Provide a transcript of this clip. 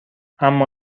اما